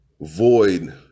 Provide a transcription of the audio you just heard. void